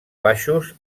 baixos